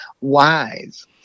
wise